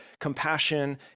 compassion